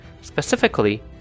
Specifically